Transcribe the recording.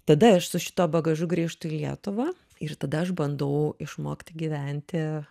tada aš su šituo bagažu grįžtu į lietuvą ir tada aš bandau išmokti gyventi